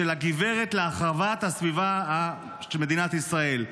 של הגב' להחרבת הסביבה של מדינת ישראל.